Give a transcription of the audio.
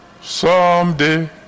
someday